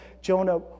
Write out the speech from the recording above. Jonah